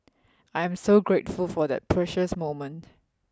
I am so grateful for that precious moment